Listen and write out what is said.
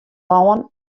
lân